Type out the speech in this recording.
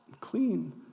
clean